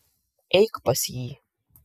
eik pas jį